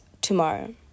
tomorrow